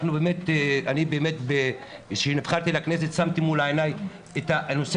אני באמת כשנבחרתי לכנסת שמתי מול עיני את הנושא